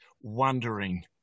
wondering